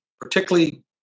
particularly